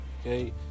Okay